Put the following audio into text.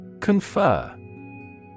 Confer